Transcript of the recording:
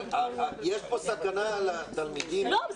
אבל יש פה סכנה לתלמידים --- לא,